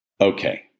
okay